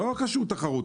לא קשור לתחרות.